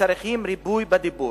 הצריכים ריפוי בדיבור.